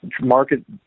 market